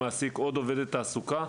יושב-ראש ועדת עבודה והרווחה,